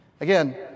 Again